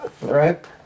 right